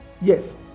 Yes